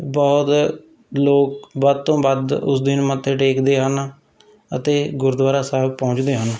ਬਹੁਤ ਲੋਕ ਵੱਧ ਤੋਂ ਵੱਧ ਉਸ ਦਿਨ ਮੱਥੇ ਟੇਕਦੇ ਹਨ ਅਤੇ ਗੁਰਦੁਆਰਾ ਸਾਹਿਬ ਪਹੁੰਚਦੇ ਹਨ